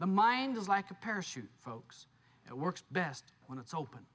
the mind is like a parachute folks it works best when it's open